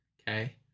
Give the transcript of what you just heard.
Okay